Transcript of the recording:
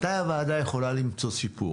מתי הוועדה יכולה למצוא שיפור?